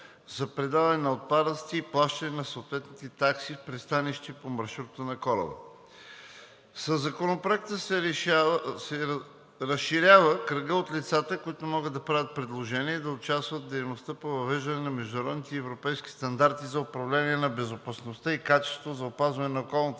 за предаване на отпадъците и плащане на съответните такси в пристанище по маршрута на кораба. Със Законопроекта се разширява кръгът от лицата, които могат да правят предложения и да участват в дейността по въвеждане на международните и европейските стандарти за управление на безопасността и качеството, за опазване на околната